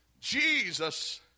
Jesus